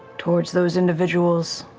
towards those individuals